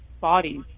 bodies